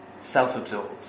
self-absorbed